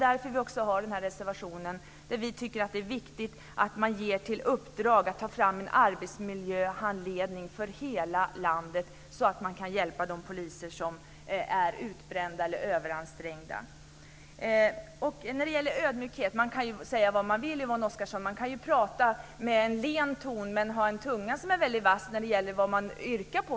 Därför har vi denna reservation, där vi framhåller att det är viktigt att man ser till att ta fram en arbetsmiljöhandledning för hela landet, så att man kan hjälpa de poliser som är utbrända eller överansträngda. När det gäller ödmjukhet kan man säga vad man vill, Yvonne Oscarsson. Man kan ju prata med en len ton men ha en tunga som är väldigt vass när det gäller vad man yrkar på.